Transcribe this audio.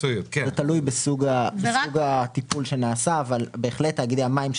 זה תלוי בסוג הטיפול שנעשה אבל בהחלט תאגידי המים,